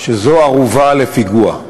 שזו ערובה לפיגוע.